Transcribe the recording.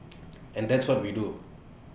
and that's what we do